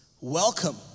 welcome